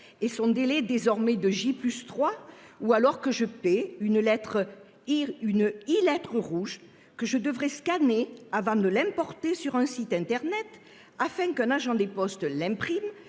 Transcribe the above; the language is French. et son délai désormais de J plus 3 ou alors que je paie une lettre hier une e-être rouge que je devrais scanner avant de l'emporter sur un site Internet afin qu'un agent des postes l'imprime